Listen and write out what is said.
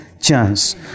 chance